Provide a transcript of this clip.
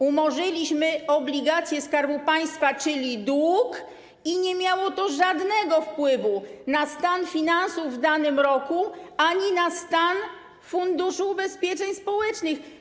Umorzyliśmy obligacje Skarbu Państwa, czyli dług, i nie miało to żadnego wpływu na stan finansów w danym roku ani na stan Funduszu Ubezpieczeń Społecznych.